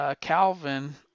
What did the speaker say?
Calvin